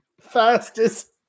Fastest